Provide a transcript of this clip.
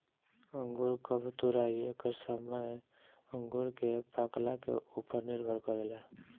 अंगूर कब तुराई एकर समय अंगूर के पाकला के उपर निर्भर करेला